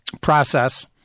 process